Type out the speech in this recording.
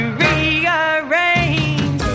rearrange